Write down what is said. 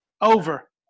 over